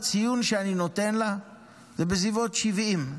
הציון שאני נותן לה זה בסביבות 70,